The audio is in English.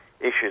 issues